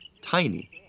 tiny